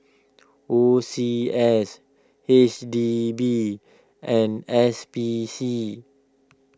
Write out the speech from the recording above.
O C S H D B and S P C